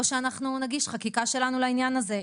או שאנחנו נגיש חקיקה שלנו לעניין הזה,